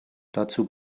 dazu